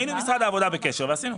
היינו עם משרד העבודה בקשר, ועשינו.